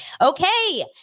Okay